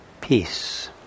Peace